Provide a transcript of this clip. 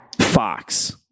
Fox